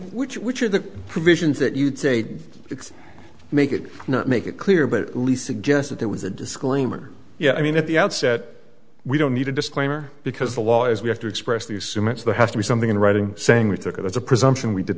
which which are the provisions that you'd say it's make it not make it clear but at least suggest that there was a disclaimer yeah i mean at the outset we don't need a disclaimer because the law is we have to express the assume it's the have to be something in writing saying we took it as a presumption we did